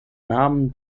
namen